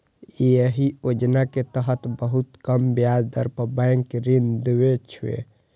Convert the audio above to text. एहि योजना के तहत बहुत कम ब्याज दर पर बैंक ऋण दै छै